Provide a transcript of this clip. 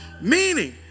meaning